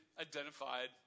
identified